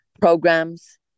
programs